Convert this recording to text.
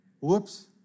Whoops